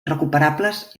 recuperables